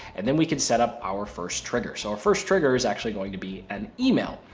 and then we can set up our first trigger. so our first trigger is actually going to be an email.